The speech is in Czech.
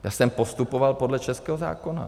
Já jsem postupoval podle českého zákona.